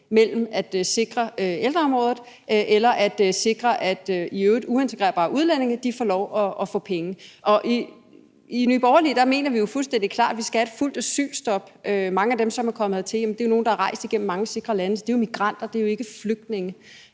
at sikre ældreområdet eller at sikre, at i øvrigt uintegrerbare udlændinge får lov at få penge. I Nye Borgerlige mener vi jo fuldstændig klart, at vi skal have et fuldt asylstop. Mange af dem, som er kommet hertil, er jo nogle, der er rejst igennem mange sikre lande, så det er jo migranter. Det er jo ikke flygtninge,